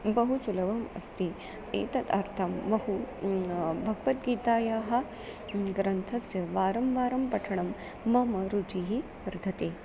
बहु सुलभम् अस्ति एतत् अर्थं बहु भगवद्गीतायाः ग्रन्थस्य वारं वारं पठनं मम रुचिः वर्धते